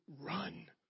run